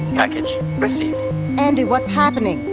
package received andi, what's happening?